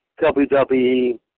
WWE